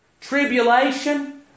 tribulation